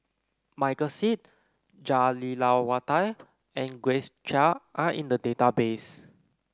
Michael Seet Jah Lelawati and Grace Chia are in the database